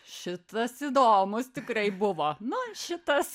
šitas įdomus tikrai buvo nu šitas